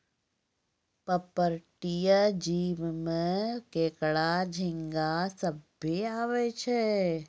पर्पटीय जीव में केकड़ा, झींगा सभ्भे आवै छै